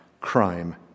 crime